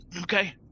Okay